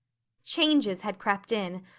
changes had crept in,